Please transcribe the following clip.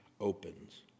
opens